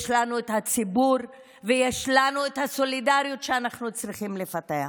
יש לנו את הציבור ויש לנו את הסולידריות שאנחנו צריכים לפתח.